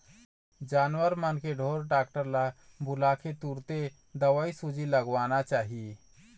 जानवर मन के ढोर डॉक्टर ल बुलाके तुरते दवईसूजी लगवाना चाही